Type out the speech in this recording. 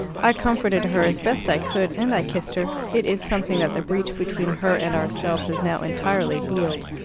i comforted her as best i could, and i kissed her. it is something that the breach between her and ourselves is now entirely healed.